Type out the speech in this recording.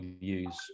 use